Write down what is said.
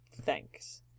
Thanks